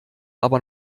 aber